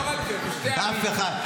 לא רק זה, בשתי --- אף אחד.